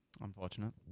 Unfortunate